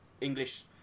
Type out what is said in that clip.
English